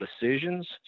decisions